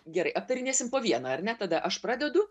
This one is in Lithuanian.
gerai aptarinėsim po vieną ar ne tada aš pradedu